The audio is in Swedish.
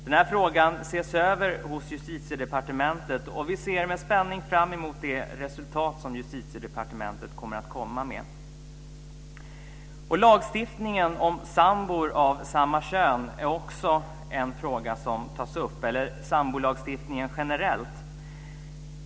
Denna fråga ses över hos Justitiedepartementet, och vi ser med spänning fram emot det resultat som Justitiedepartementet kommer att komma med. Lagstiftningen om sambor av samma kön är också en fråga som tas upp, i varje fall sambolagstiftningen generellt.